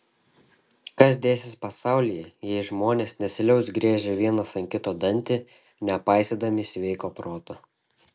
kas dėsis pasaulyje jei žmonės nesiliaus griežę vienas ant kito dantį nepaisydami sveiko proto